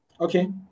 Okay